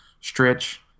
stretch